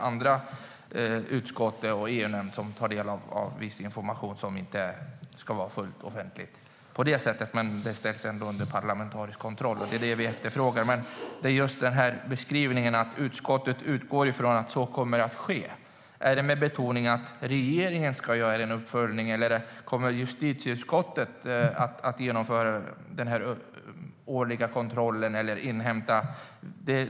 Andra utskott och EU-nämnden tar del av viss information som inte ska vara fullt offentlig på det sättet men som ändå ställs under parlamentarisk kontroll, och det är det vi efterfrågar. Men just den här beskrivningen att utskottet utgår från att så kommer att ske - är det med betoningen att regeringen ska göra en uppföljning, eller kommer justitieutskottet att genomföra den här årliga kontrollen eller inhämtningen?